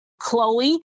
Chloe